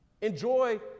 Enjoy